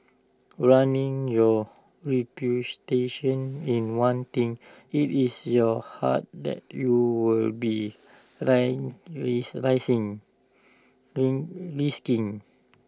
running your reputation is one thing IT is your heart that you will be dying with risking